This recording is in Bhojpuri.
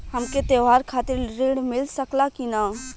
हमके त्योहार खातिर त्रण मिल सकला कि ना?